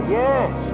yes